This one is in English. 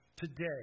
Today